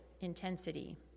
intensity